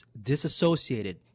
disassociated